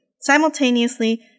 Simultaneously